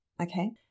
okay